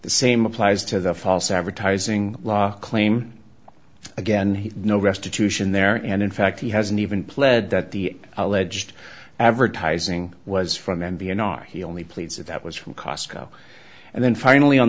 the same applies to the false advertising law claim again he no restitution there and in fact he hasn't even pled that the alleged advertising was from n v in our he only pleads that that was from costco and then finally on